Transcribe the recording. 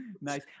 nice